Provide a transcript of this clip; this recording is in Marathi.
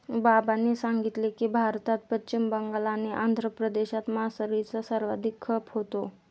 बाबांनी सांगितले की, भारतात पश्चिम बंगाल आणि आंध्र प्रदेशात मासळीचा सर्वाधिक खप होतो